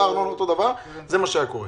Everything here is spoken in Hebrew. אותה ארנונה ואותו דבר זה מה שהיה קורה.